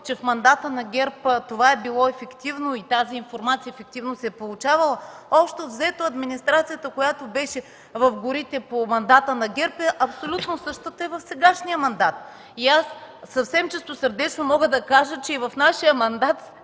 че в мандата на ГЕРБ това е било ефективно и тази информация се е получавала ефективно. Общо взето администрацията, която беше в горите по мандата на ГЕРБ, е абсолютно същата и в сегашния мандат. Съвсем чистосърдечно мога да кажа, че и в нашия мандат,